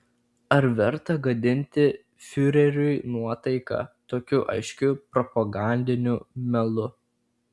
ar verta gadinti fiureriui nuotaiką tokiu aiškiu propagandiniu melu